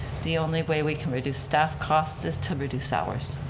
the only way we can reduce staff costs is to reduce hours.